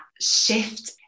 shift